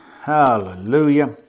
hallelujah